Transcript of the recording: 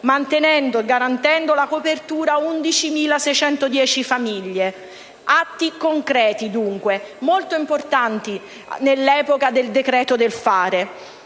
asili nido, garantendo la copertura a 11.610 famiglie! Atti concreti dunque, molto importanti nell'epoca del decreto del fare.